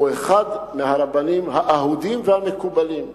והוא אחד מהרבנים האהודים והמקובלים.